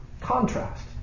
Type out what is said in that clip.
Contrast